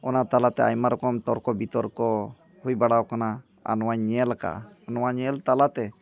ᱚᱱᱟ ᱛᱟᱞᱟᱛᱮ ᱟᱭᱢᱟ ᱨᱚᱠᱚᱢ ᱛᱚᱨᱠᱚ ᱵᱤᱛᱚᱨᱠᱚ ᱦᱩᱭᱵᱟᱲᱟ ᱟᱠᱟᱱᱟ ᱟᱨ ᱱᱚᱣᱟᱧ ᱧᱮᱞ ᱟᱠᱟᱫᱟ ᱱᱚᱣᱟ ᱧᱮᱞ ᱛᱟᱞᱟᱛᱮ